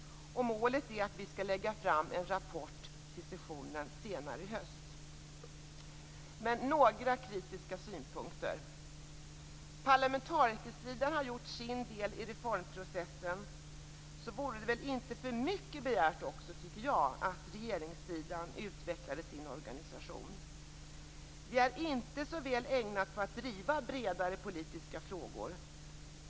Målet är att vi skall lägga fram en rapport till sessionen senare i höst. Några kritiska synpunkter har jag dock. Parlamentarikersidan har gjort sin del i reformprocessen. Då är det väl inte för mycket begärt att regeringssidan också utvecklar sin organisation. Den är inte så väl ägnad för att driva bredare politiska frågor.